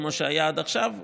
כמו שהיה עד עכשיו,